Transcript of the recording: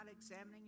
examining